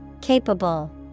Capable